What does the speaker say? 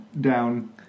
down